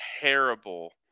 terrible